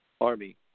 Army